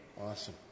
Awesome